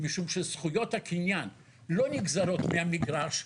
משום שזכויות הקניין לא נגזרות מהמגרש,